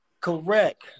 Correct